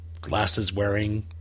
glasses-wearing